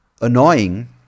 annoying